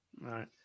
right